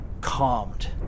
calmed